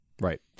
right